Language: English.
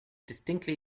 distinctly